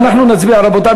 אז אנחנו נצביע, רבותי.